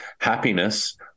happiness